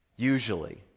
Usually